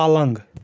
پلنٛگ